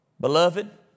Beloved